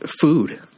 food